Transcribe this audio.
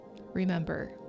Remember